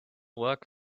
work